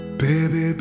baby